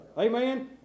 Amen